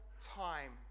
time